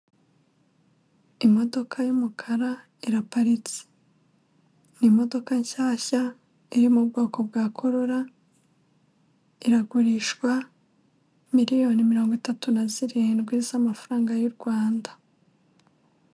Imodoka y'umukara iraparitse, ni imodoka nshyashya iri mu bwoko bwa korola iragurishwa miliyoni mirongo itatu na zirindwi z'amafaranga y'u Rwanda.